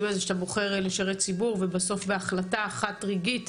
האלה כשאתה בוחר לשרת ציבור ובסוף בהחלטה אחת רגעית